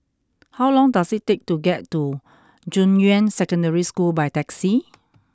how long does it take to get to Junyuan Secondary School by taxi